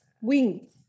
Wings